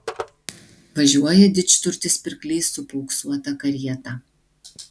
važiuoja didžturtis pirklys su paauksuota karieta